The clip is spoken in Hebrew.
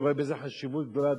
ואני רואה בזה חשיבות גדולה,